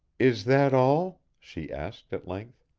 is that all? she asked at length.